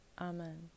Amen